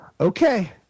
Okay